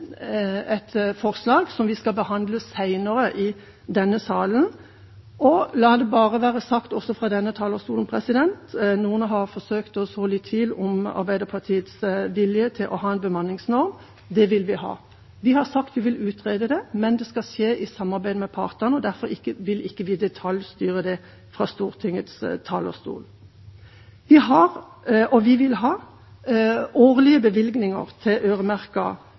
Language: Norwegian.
et forslag som vi skal behandle senere i denne salen. La det bare være sagt også fra denne talerstolen: Noen har forsøkt å så litt tvil om Arbeiderpartiets vilje til å ha en bemanningsnorm. Det vil vi ha. Vi har sagt vi vil utrede det, men det skal skje i samarbeid med partene, og derfor vil vi ikke detaljstyre det fra Stortingets talerstol. Vi har, og vi vil ha, årlige bevilgninger til